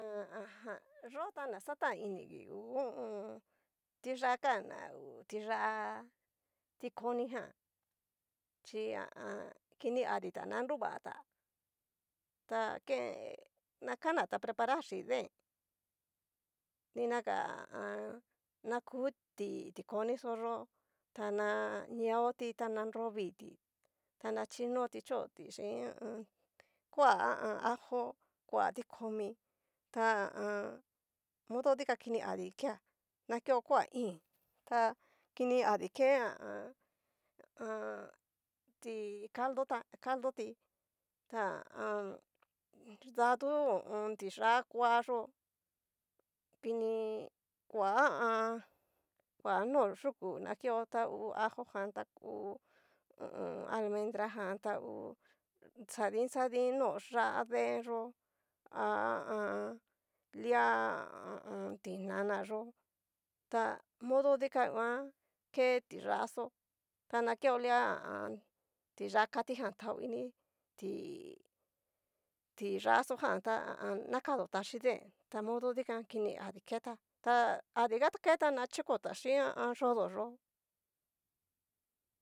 A ajan yo ta na xatan inigi ngu ho o on. ti ya'a kan na hu tiyá tikoni ján, chi ha a an kini adita na nruvata, ta ke na kanata preparal chin deen, dinaga ha a an. na ku ti koni xó yo'o, tana ñeoti ta ná nro viti na chino ti choti xhín ha a an. koa ha a an, ajo koa tikomi ha an modo dikan kini adi kea na kao kua iin, ta kini adi ke ha a an. ti caldo tá, caldo tí ta ha a an, da tu tiyá kua yó'o kini koa ha a an. kua no yuku na keo, ta hu ajo jan ta ngu ho o on. almendra jan ta hu xadin xadin no yá'a deenyo ha a an. lia ha a a. tinana yó ta modo dikan nguan, ke tiyáxo na keo lia ha a an. tiyá kati jan tao ini, ti tiyáxo jan tá ha a an. nakadotá chín deen ta modo dikan kini adi ketá ta adiga keta na chikotá xin yodo yo'o.